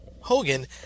Hogan